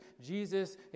Jesus